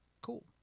cool